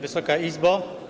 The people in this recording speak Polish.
Wysoka Izbo!